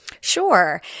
Sure